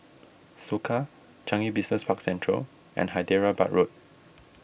Soka Changi Business Park Central and Hyderabad Road